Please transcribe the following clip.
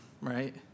right